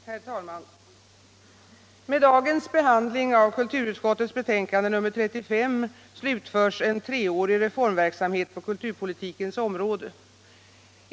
:- Herr talman! Med dagens behandling av kulturutskottets betänkande nr 35 slutförs en treårig reformverksamhet .på kulturpolitikens område.